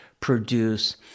produce